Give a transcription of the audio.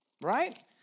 Right